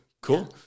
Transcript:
Cool